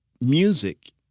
music